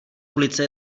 ulice